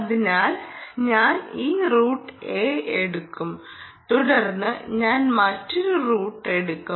അതിനാൽ ഞാൻ ഈ റൂട്ട് എ എടുക്കും തുടർന്ന് ഞാൻ മറ്റൊരു റൂട്ട് എടുക്കും